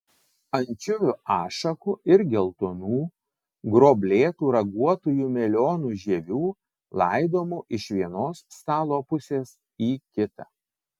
ančiuvių ašakų ir geltonų gruoblėtų raguotųjų melionų žievių laidomų iš vienos stalo pusės į kitą